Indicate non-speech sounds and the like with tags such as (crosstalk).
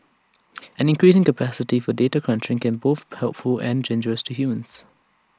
an increasing capacity for data crunching can both helpful and (unintelligible) to humans